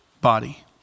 body